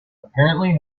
apparently